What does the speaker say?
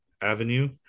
Avenue